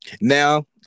Now